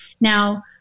Now